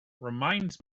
reminds